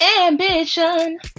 Ambition